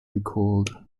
recalled